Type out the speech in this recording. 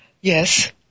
Yes